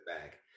Back